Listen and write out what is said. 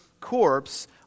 corpse